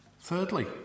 Thirdly